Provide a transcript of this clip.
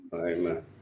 Amen